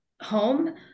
home